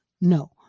No